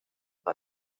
wat